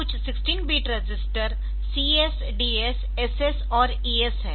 कुछ 16 bit register CS DS SS और ES है